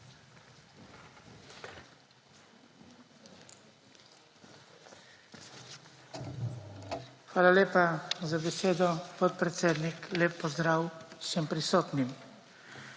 Hvala lepa za besedo, podpredsednik. Lep pozdrav vsem prisotnim.